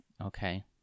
Okay